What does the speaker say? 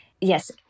yes